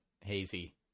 hazy